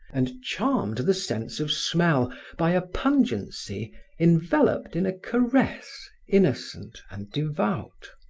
and charmed the sense of smell by a pungency enveloped in a caress innocent and devout.